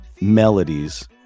melodies